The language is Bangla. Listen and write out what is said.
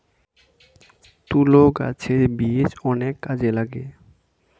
তুলো গাছের বীজ অনেক কাজে লাগে